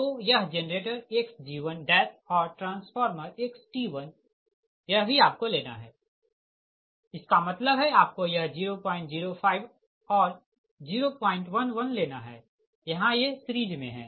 तो यह generator xg1 और ट्रांसफार्मर xT1 यह भी आपको लेना है इसका मतलब है आपको यह 005 और 011 लेना है यहाँ ये सीरिज़ मे है